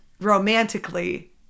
romantically